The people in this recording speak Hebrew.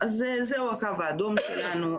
אז זה הקו האדום שלנו,